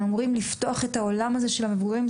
הם אמורים לפתוח את העולם הזה של המבוגרים.